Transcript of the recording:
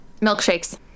Milkshakes